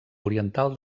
oriental